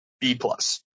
B-plus